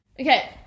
okay